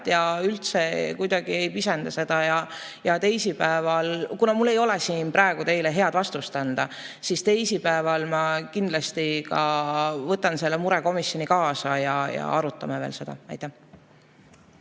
ja üldse kuidagi ei pisenda seda. Kuna mul ei ole siin praegu teile head vastust anda, siis ütlen, et teisipäeval ma kindlasti võtan selle mure komisjoni kaasa ja me arutame veel seda. Aitäh!